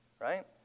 right